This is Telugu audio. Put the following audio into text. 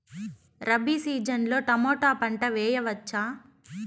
రబి సీజన్ లో టమోటా పంట వేయవచ్చా?